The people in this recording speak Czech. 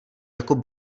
jako